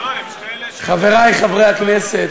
חברי חברי הכנסת,